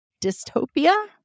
dystopia